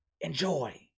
Enjoy